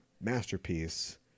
masterpiece